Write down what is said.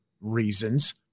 reasons